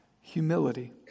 humility